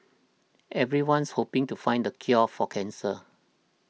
everyone's hoping to find the cure for cancer